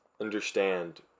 understand